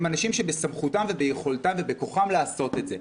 אנשים שבסמכותם וביכולתם ובכוחם לעשות את זה.